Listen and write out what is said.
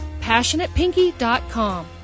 passionatepinky.com